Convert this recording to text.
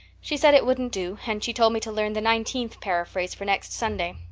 she said it wouldn't do and she told me to learn the nineteenth paraphrase for next sunday.